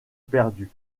perdue